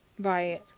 Right